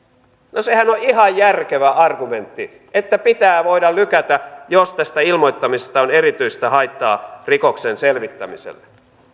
no sehän on ihan järkevä argumentti että pitää voida lykätä jos tästä ilmoittamisesta on erityistä haittaa rikoksen selvittämiselle